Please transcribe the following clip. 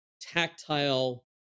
tactile